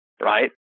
right